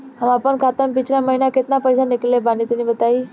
हम आपन खाता से पिछला महीना केतना पईसा निकलने बानि तनि बताईं?